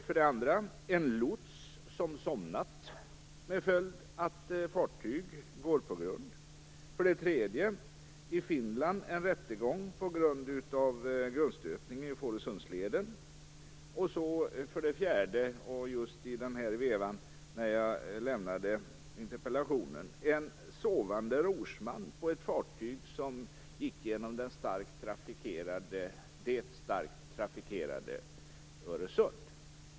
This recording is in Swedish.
För det andra hade en lots somnat, vilket fick till följd att ett fartyg gick på grund. För det tredje var det en rättegång i Finland med anledning av en grundstötning i Fårösundsleden. För det fjärde inträffade något i samma veva som jag lämnade interpellationen. Det var en sovande rorsman på ett fartyg som gick genom det starkt trafikerade Öresund.